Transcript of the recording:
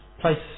place